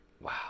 Wow